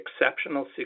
exceptional